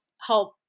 help